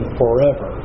forever